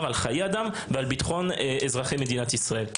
על חיי אדם ועל ביטחון אזרחי מדינת ישראל.